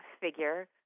figure